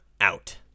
out